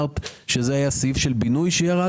אמרת שזה היה סעיף של בינוי שירד.